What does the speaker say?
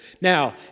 Now